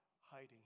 hiding